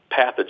pathogens